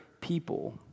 people